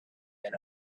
than